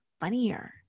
funnier